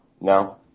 no